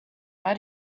how